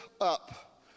up